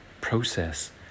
process